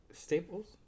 Staples